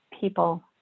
people